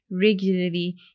regularly